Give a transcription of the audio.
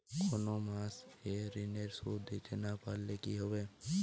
কোন মাস এ ঋণের সুধ দিতে না পারলে কি হবে?